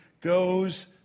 goes